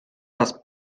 raz